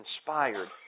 inspired